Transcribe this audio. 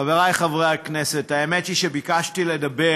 חבריי חברי הכנסת, האמת היא שביקשתי לדבר